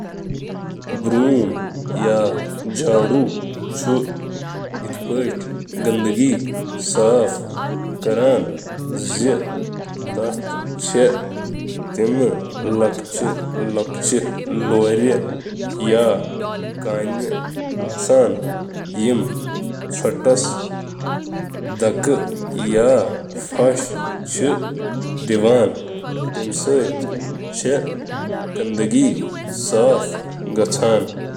جھاڑو ,یتھ جھاڑو سٹک تہٕ ونان چِھ, چُھ صفائی ہنٛد اکھ اوزار یتھ منٛز عام طور پٲنٹھ سخت ریشہٕ ,اکثر پلاسٹک، مس، یا مکئی ہنٛد بھوسہٕ ہیو موادٕ سۭتۍ بناونہٕ چُھ یوان, چُھ اکھ سلنڈریکل ہینڈل، جھاڑو سٹک سۭتۍ جُڑتھ تہٕ تقریباً متوازی۔ یہٕ چُھ جھاڑو یا برشُک استعمال کٔرتھ, کُنہٕ چیز, پیٹھ گرد، گندگی وغٲرٕ ہٹاونہٕ خٲطرٕ استعمال کران۔